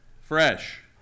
fresh